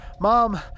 Mom